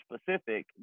specific